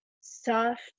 soft